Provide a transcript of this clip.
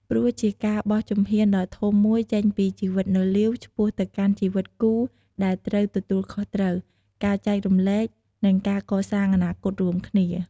ព្រោះជាការបោះជំហានដ៏ធំមួយចេញពីជីវិតនៅលីវ ឆ្ពោះទៅកាន់ជីវិតគូដែលត្រូវទទួលខុសត្រូវ ការចែករំលែក និងការកសាងអនាគតរួមគ្នា។